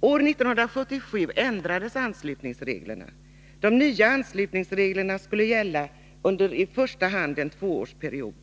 År 1977 ändrades anslutningsreglerna. De nya anslutningsreglerna skulle gälla under i första hand en tvåårsperiod.